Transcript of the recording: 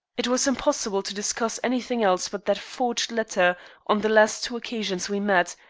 it was impossible to discuss anything else but that forged letter on the last two occasions we met,